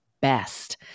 best